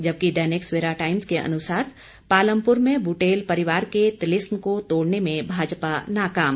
जबकि दैनिक सवेरा टाइम्स के अनुसार पालमपुर में बुटेल परिवार के तिलिस्म को तोड़ने में भाजपा नाकाम